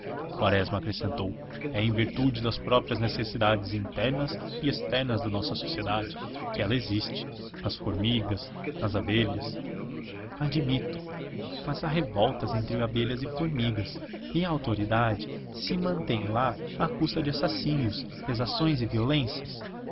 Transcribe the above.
quaresma acrescentou é em virtude das próprias necessidades internas e externas da nossa sociedade que ela existe nas formigas nas abelhas admito mas há revoltas entre as abelhas e formigas e a autoridade se mantém lá à custa de assassínios exações e violências